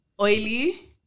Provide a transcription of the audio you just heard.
oily